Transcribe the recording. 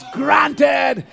granted